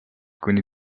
kuni